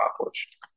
accomplished